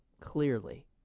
clearly